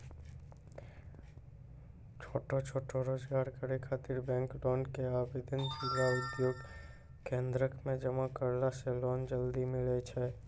छोटो छोटो रोजगार करै ख़ातिर बैंक लोन के आवेदन जिला उद्योग केन्द्रऽक मे जमा करला से लोन जल्दी मिलतै?